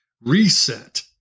reset